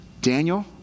Daniel